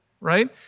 right